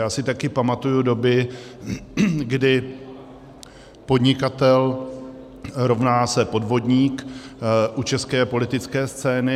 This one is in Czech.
Já si taky pamatuji doby, kdy podnikatel rovná se podvodník u české politické scény.